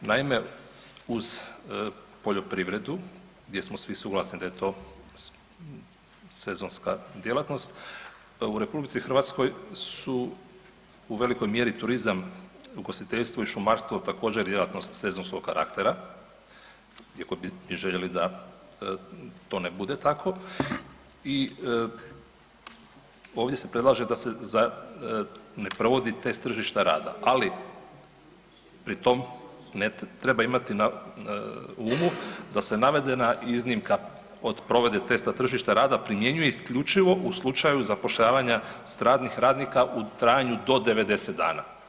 Naime, uz poljoprivredu gdje smo svi suglasni da je to sezonska djelatnost u RH su u velikoj mjeri turizam, ugostiteljstvo i šumarstvo također djelatnost sezonskog karaktera iako bi željeli da to ne bude tako i ovdje se predlaže da se za, ne provodi test tržišta rada, ali pri tom ne, treba imati na umu da se navedena iznimka od provedbe testa tržišta rada primjenjuje isključivo u slučaju zapošljavanja stranih radnika u trajanju do 90 dana.